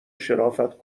شرافت